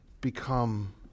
become